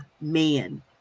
man